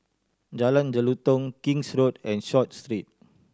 Jalan Jelutong King's Road and Short Street